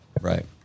right